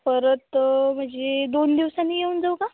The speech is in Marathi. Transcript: परत म्हणजे दोन दिवसांनी येऊन जाऊ का